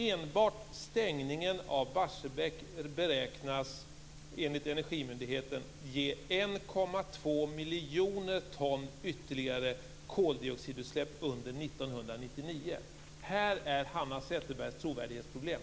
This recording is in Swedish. Enbart stängningen av Barsebäck beräknas enligt Energimyndigheten ge 1,2 miljoner ton ytterligare koldioxidutsläpp under 1999. Här är Hanna Zetterbergs trovärdighetsproblem.